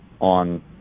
on